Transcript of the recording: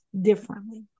differently